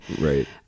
Right